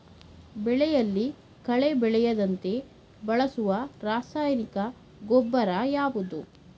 ಬೆಳೆಯಲ್ಲಿ ಕಳೆ ಬೆಳೆಯದಂತೆ ಬಳಸುವ ರಾಸಾಯನಿಕ ಗೊಬ್ಬರ ಯಾವುದು?